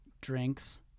drinks